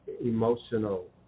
emotional